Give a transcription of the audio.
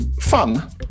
fun